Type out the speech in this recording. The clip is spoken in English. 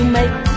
make